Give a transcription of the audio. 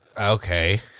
Okay